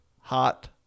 hot